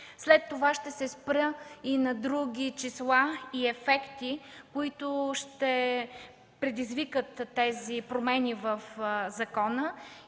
След това ще се спра и на други числа и ефекти, които ще предизвикат тези промени в закона,